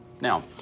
Now